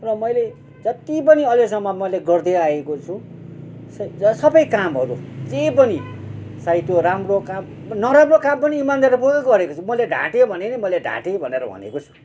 र मैले जत्ति पनि अहिलेसम्म मैले गर्दै आएको छु सबै कामहरू जे पनि चाहे त्यो राम्रो काम नराम्रो काम पनि इमानदारी पूर्वक गरेको छु मैले ढाटेँ भने नि मैले ढाटे भनेर भनेको छु